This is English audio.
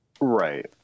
Right